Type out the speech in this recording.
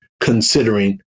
considering